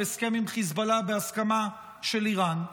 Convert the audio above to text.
הסכם עם החיזבאללה בהסכמה של איראן.